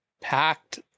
packed